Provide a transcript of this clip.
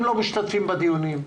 הם לא משתתפים בדיונים,